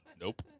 nope